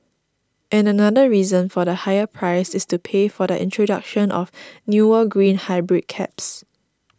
and another reason for the higher price is to pay for the introduction of newer green hybrid cabs